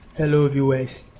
hello viewers,